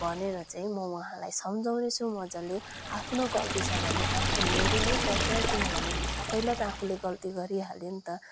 भनेर चाहिँ म उहाँलाई सम्झाउनेछु मज्जाले आफ्नो गल्ती छ भने आफू निहुरिनै पर्छ किनभने पहिला त आफूले गल्ती गरिहाल्यो नि त